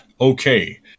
okay